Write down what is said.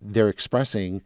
they're expressing